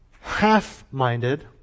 half-minded